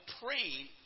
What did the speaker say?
praying